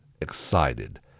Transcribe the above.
excited